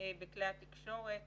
בכלי התקשורת